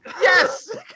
Yes